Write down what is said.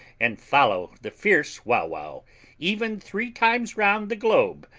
and follow the fierce wauwau even three times round the globe,